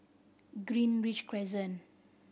Greenridge Crescent